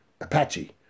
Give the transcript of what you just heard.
Apache